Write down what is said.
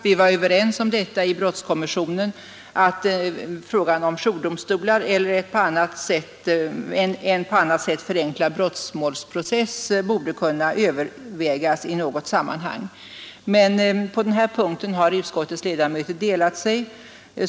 Vi var överens om i brottskommissionen att frågan om jourdomstolar eller en på annat sätt förenklad brottmålsprocess borde kunna övervägas i något sammanhang. På denna punkt har dock utskottets ledamöter delat sig.